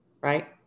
right